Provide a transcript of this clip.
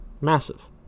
Massive